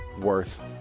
worth